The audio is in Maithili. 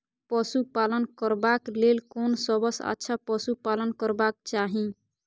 पशु पालन करबाक लेल कोन सबसँ अच्छा पशु पालन करबाक चाही?